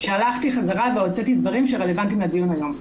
שהלכתי חזרה והוצאתי דברים שרלוונטיים לדיון היום.